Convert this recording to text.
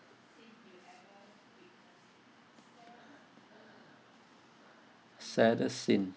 saddest scene